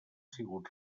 sigut